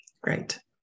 Great